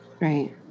Right